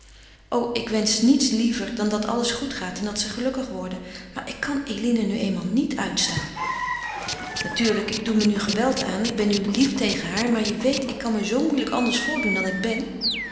o ik wensch niets liever dan dat alles goed gaat en dat ze gelukkig worden maar ik kan eline nu eenmaal niet uitstaan natuurlijk ik doe me nu geweld aan ik ben nu lief tegen haar maar je weet ik kan me zoo moeilijk anders voordoen dan ik ben